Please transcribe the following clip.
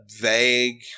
vague